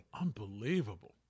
Unbelievable